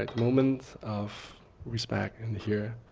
and moment of respect in here.